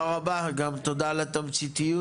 תודה רבה, גם תודה על התמציתיות.